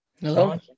Hello